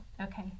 Okay